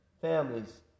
families